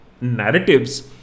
narratives